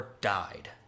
died